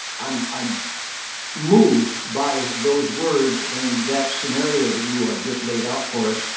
i'm i'm moved by those words and that scenario that you ah just laid out for us,